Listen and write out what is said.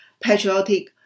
patriotic